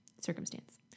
circumstance